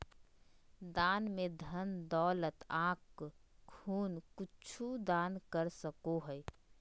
दान में धन दौलत आँख खून कुछु दान कर सको हइ